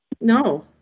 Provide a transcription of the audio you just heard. No